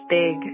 big